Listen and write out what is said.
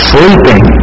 Sleeping